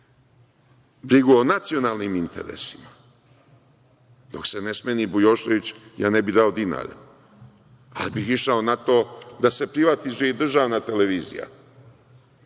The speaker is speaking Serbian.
brigu o nacionalnim interesima. Dok se ne smeni Bujošević, ja ne bih dao dinara, ali bih išao na to da se privatizuje i državna televizija.